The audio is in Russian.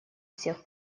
всех